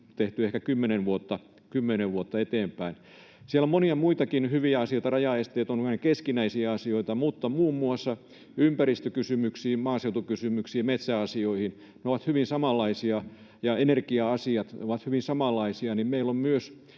tehty ehkä kymmenen vuotta eteenpäin. Siellä on monia muitakin hyviä asioita. Rajaesteet ovat meidän keskinäisiä asioita, mutta muun muassa ympäristökysymykset, maaseutukysymykset, metsäasiat ja energia-asiat ovat hyvin samanlaisia, ja me näiden